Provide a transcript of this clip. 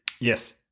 Yes